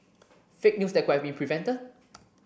fake news that could been prevented